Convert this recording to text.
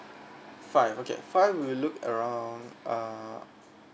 five okay five we looked around uh